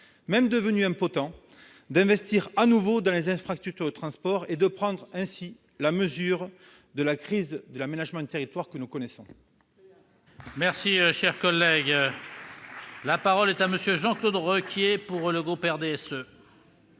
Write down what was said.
même devenu impotent, d'investir de nouveau dans les infrastructures de transport et de prendre ainsi la mesure de la crise de l'aménagement du territoire que nous connaissons.